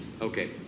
Okay